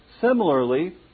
similarly